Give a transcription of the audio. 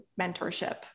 mentorship